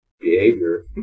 behavior